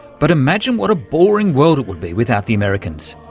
but imagine what a boring world it would be without the americans.